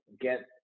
Get